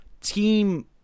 team